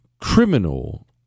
criminal